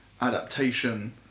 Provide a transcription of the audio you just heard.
adaptation